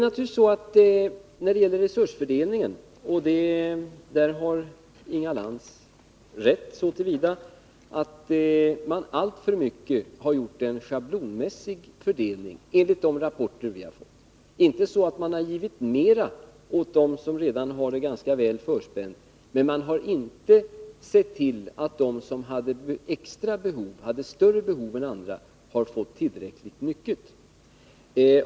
När det gäller resursfördelningen har Inga Lantz rätt så till vida att man enligt de rapporter vi har fått alltför mycket har gjort en schablonmässig fördelning. Det är inte så att man har givit mera åt dem som redan har det ganska väl förspänt, men man har inte sett till att de som har större behov än andra har fått tillräckligt mycket.